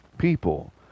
people